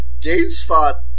GameSpot